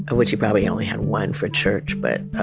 ah which he probably only had one for church, but